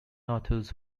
authors